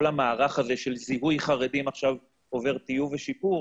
המערך של זיהוי חרדים עובר עכשיו טיוב ושיפור,